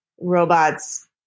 robots